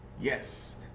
yes